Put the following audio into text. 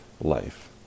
life